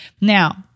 Now